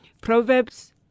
Proverbs